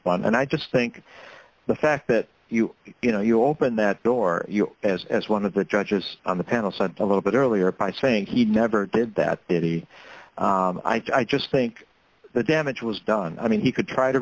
one and i just think the fact that you you know you open that door as as one of the judges on the panel said a little bit earlier by saying he never did that it he i just think the damage was done i mean he could try to